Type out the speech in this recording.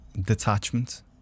detachment